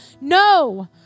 No